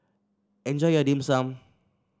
enjoy your Dim Sum